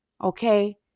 Okay